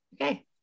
Okay